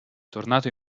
tornato